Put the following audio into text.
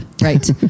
Right